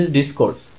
discourse